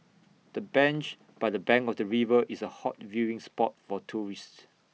the bench by the bank of the river is A hot viewing spot for tourists